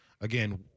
again